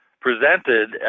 presented